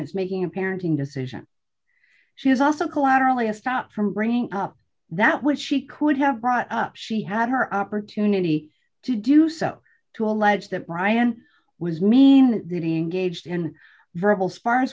it's making a parenting decision she's also collaterally a stop from bringing up that which she could have brought up she had her opportunity to do so to allege that brian was mean and getting gauged in verbal spars